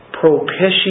propitiation